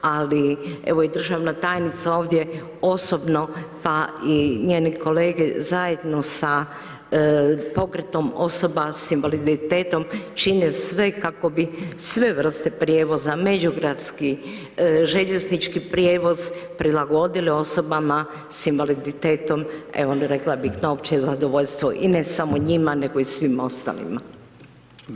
Ali evo i državna tajnica ovdje osobno pa i njeni kolege zajedno sa pokretom osoba sa invaliditetom čine sve kako bi sve vrste prijevoza međugradski, željeznički prijevoz prilagodili osobama s invaliditetom evo rekla bih na opće zadovoljstvo i ne samo njima nego i svim ostalima.